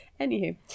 Anywho